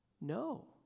No